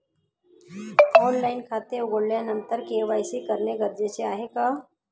Online खाते उघडल्यानंतर KYC करणे गरजेचे आहे का?